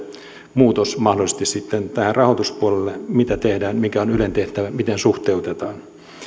muutos mahdollisesti tähän rahoituspuolelle mitä tehdään mikä on ylen tehtävä miten suhteutetaan